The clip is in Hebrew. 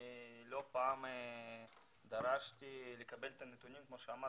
לא פעם דרשתי לקבל את הנתונים כמו שאמרת,